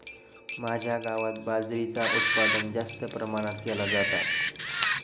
माझ्या गावात बाजरीचा उत्पादन जास्त प्रमाणात केला जाता